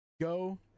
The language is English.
go